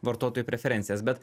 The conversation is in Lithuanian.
vartotojų preferencijas bet